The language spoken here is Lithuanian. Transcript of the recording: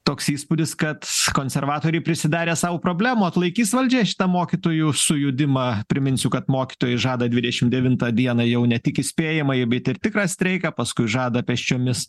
toks įspūdis kad konservatoriai prisidarė sau problemų atlaikys valdžia šitą mokytojų sujudimą priminsiu kad mokytojai žada dvidešim devintą dieną jau ne tik įspėjamąjį bet ir tikrą streiką paskui žada pėsčiomis